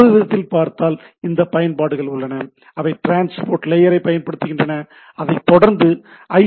மற்றொரு விதத்தில் பார்த்தால் இந்த பயன்பாடுகள் உள்ளன அவை ட்ரான்ஸ்போர்ட் லேயரைப் பயன்படுத்துகின்றன அதைத்தொடர்ந்து ஐ